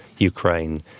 ukraine,